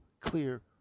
clear